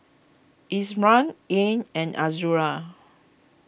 Imran Ain and Azura